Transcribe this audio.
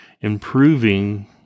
improving